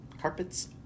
Carpets